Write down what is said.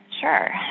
Sure